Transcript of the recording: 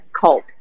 cult